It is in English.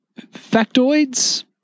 Factoids